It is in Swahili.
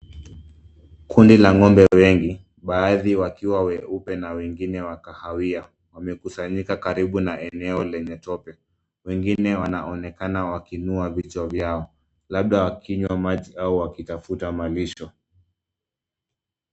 Kundi la ng'ombe wengi baadhi wakiwa weupe na wengine wa kahawia. Wamekusanyika karibu na eneo lenye tope. Wengine wanaonekana wakiinua vichwa vyao kabda wakinywa maji au wakitafuta malisho.